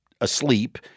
asleep